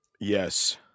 Yes